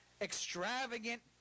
extravagant